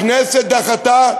הכנסת דחתה.